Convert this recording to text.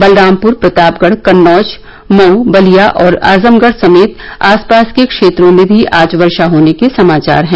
बलरामपुर प्रतापगढ़ कन्नौज मऊ बलिया और आजमगढ़ समेत आसपास के क्षेत्रों में भी आज वर्षा होने के समाचार हैं